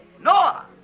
Noah